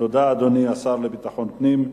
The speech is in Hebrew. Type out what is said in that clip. תודה, אדוני, השר לביטחון פנים.